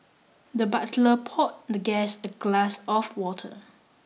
the butler poured the guest a glass of water